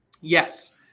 yes